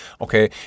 okay